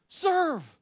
Serve